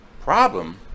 Problem